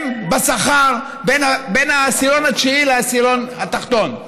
בשכר בין העשירון התשיעי לעשירון התחתון.